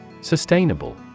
Sustainable